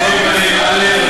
על כל פנים, א.